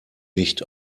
nicht